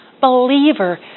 believer